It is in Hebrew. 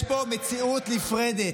יש פה מציאות נפרדת.